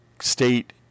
state